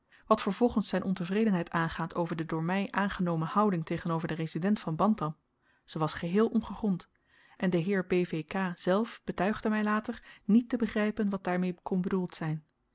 wat vervolgens z'n ontevredenheid aangaat over de door my aangenomen houding tegenover den resident van bantam ze was geheel ongegrond en de heer b v k zelf betuigde my later niet te begrypen wat daarmee kon bedoeld zyn